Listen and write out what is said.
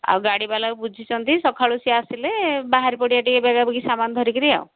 ଆଉ ଗାଡ଼ି ବାଲାକୁ ବୁଝିଛନ୍ତି ସକାଳୁ ସିଏ ଆସିଲେ ବାହାରି ପଡ଼ିବା ଟିକେ ବେଗାବେଗି ସାମାନ ଧରିକିରି ଆଉ